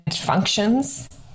functions